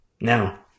Now